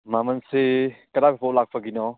ꯃꯃꯜꯁꯤ ꯀꯗꯥꯏꯐꯥꯎꯕ ꯂꯥꯛꯄꯒꯤꯅꯣ